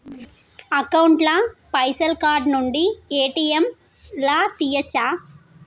Account ల పైసల్ card నుండి ఏ.టి.ఎమ్ లా తియ్యచ్చా?